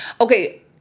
Okay